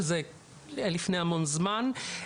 שזה לפני המון זמן.